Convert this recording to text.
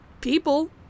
people